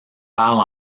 parle